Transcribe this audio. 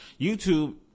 YouTube